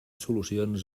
solucions